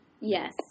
Yes